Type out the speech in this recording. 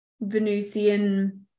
Venusian